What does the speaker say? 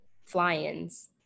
fly-ins